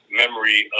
memory